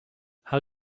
how